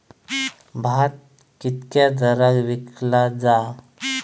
भात कित्क्या दरात विकला जा?